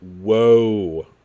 whoa